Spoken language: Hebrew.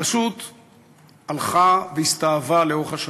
הרשות הלכה, הסתאבה לאורך השנים.